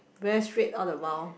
very straight all the while